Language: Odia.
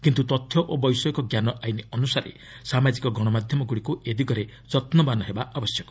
କିନ୍ତ ତଥ୍ୟ ଓ ବୈଷୟିକ ଜ୍ଞାନ ଆଇନ ଅନୁସାରେ ସାମାଜିକ ଗଣମାଧ୍ୟମଗୁଡ଼ିକୁ ଏ ଦିଗରେ ଯତ୍ନବାନ ହେବା ଆବଶ୍ୟକ